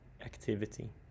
activity